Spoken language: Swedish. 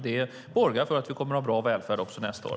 Det borgar för att vi kommer att ha bra välfärd också nästa år.